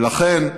ולכן,